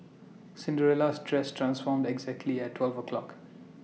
Cinderella's dress transformed exactly at twelve o' clock